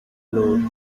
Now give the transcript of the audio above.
blowed